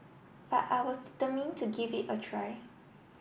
but I was determined to give it a try